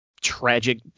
tragic